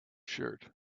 shirt